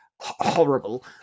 horrible